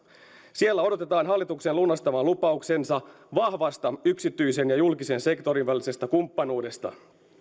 siellä odotetaan hallituksen lunastavan lupauksensa vahvasta yksityisen ja julkisen sektorin välisestä kumppanuudesta